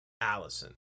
Allison